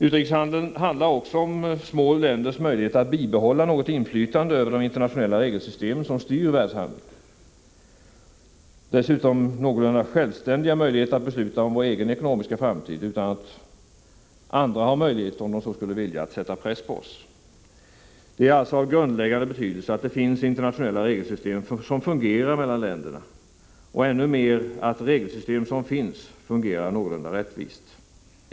Utrikeshandeln berör även de små ländernas möjligheter att bibehålla något inflytande över de internationella regelsystem som styr världshandeln. Vi bör dessutom ha någorlunda självständiga möjligheter att besluta om vår egen ekonomiska framtid utan att andra länder, om de så skulle vilja, kan sätta press på oss. Det är av grundläggande betydelse att det finns internationella regelsystem, som fungerar mellan länderna — än mer att de regelsystem som finns fungerar någorlunda rättvist.